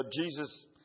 Jesus